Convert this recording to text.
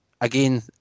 Again